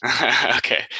Okay